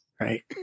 right